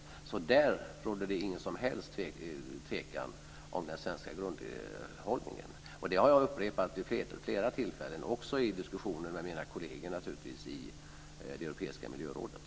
I det fallet råder det ingen som helst tvekan om den svenska grundhållningen, och det har jag upprepat vid flera tillfällen, naturligtvis också i diskussionen med mina kolleger i det europeiska miljörådet.